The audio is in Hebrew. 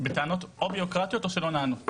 בטענות או בירוקרטיות או שלא נענות.